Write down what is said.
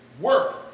work